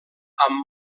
amb